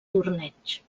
torneig